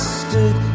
stood